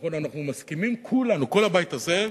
נכון, אנחנו מסכימים כולנו, כל הבית הזה,